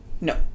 no